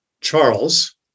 Charles